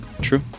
True